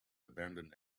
abandoned